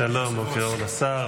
שלום, בוקר אור לשר.